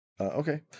Okay